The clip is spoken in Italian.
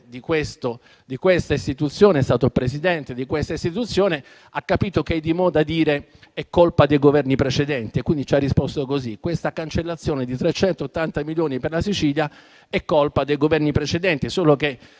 di questa istituzione, di cui è stato Presidente, ha capito che è di moda dire che è colpa dei Governi precedenti e quindi ci ha risposto così: la cancellazione di 380 milioni per la Sicilia è colpa dei Governi precedenti, solo che